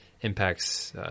impacts